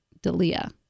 Dalia